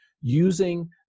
using